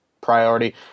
priority